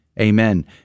Amen